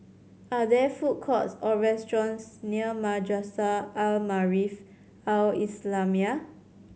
are there food courts or restaurants near Madrasah Al Maarif Al Islamiah